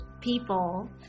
people